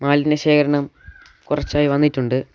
മാലിന്യ ശേഖരണം കുറച്ചായി വന്നിട്ടുണ്ട്